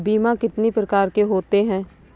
बीमा कितनी प्रकार के होते हैं?